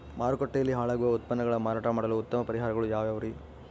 ಮಾರುಕಟ್ಟೆಯಲ್ಲಿ ಹಾಳಾಗುವ ಉತ್ಪನ್ನಗಳನ್ನ ಮಾರಾಟ ಮಾಡಲು ಉತ್ತಮ ಪರಿಹಾರಗಳು ಯಾವ್ಯಾವುರಿ?